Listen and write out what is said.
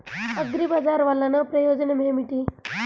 అగ్రిబజార్ వల్లన ప్రయోజనం ఏమిటీ?